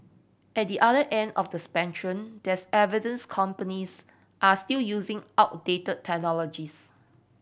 at the other end of the spectrum there's evidence companies are still using outdate technologies